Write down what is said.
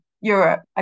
Europe